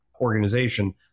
organization